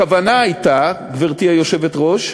הכוונה הייתה, גברתי היושבת-ראש,